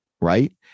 right